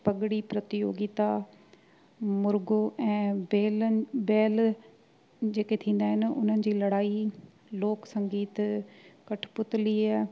पगड़ी प्रतियोगिता मुर्गो ऐं बेलन बैल जेके थींदा आहिनि उन्हनि जी लड़ाई लोक संगीत कठपुतलीअ